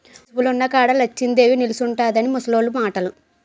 పశువులున్న కాడ లచ్చిందేవి నిలుసుంటుందని ముసలోళ్లు మాటలు